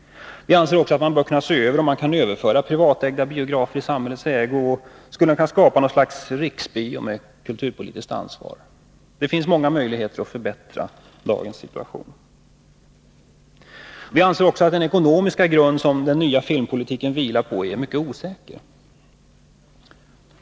Vi anser vidare att man bör se över om man kan överföra privatägda biografer i samhällets ägo och om man skulle kunna skapa något slags riksbio med kulturpolitiskt ansvar. Det finns många möjligheter att förbättra dagens situation. Enligt vår uppfattning är också den ekonomiska grund som den nya filmpolitiken vilar på mycket osäker.